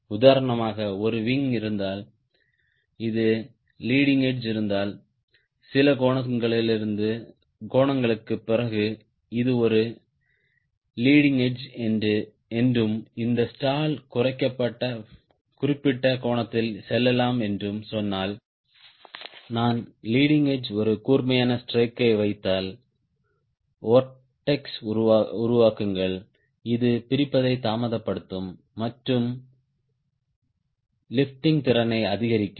உதாரணமாக ஒரு விங் இருந்தால் இது லீடிங் எட்ஜ் இருந்தால் சில கோணங்களுக்குப் பிறகு இது ஒரு லீடிங் எட்ஜ் என்றும் இந்த ஸ்டால் குறிப்பிட்ட கோணத்தில் சொல்லலாம் என்றும் சொன்னால் நான் லீடிங் எட்ஜ் ஒரு கூர்மையான ஸ்ட்ரேக்கை வைத்தால் வொர்ட்டெஸ் உருவாக்குங்கள் இது பிரிப்பதை தாமதப்படுத்தும் மற்றும் லிபிட்டிங் திறனை அதிகரிக்கும்